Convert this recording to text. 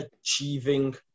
achieving